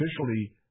officially